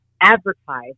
advertise